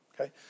okay